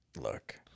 Look